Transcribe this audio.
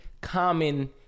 common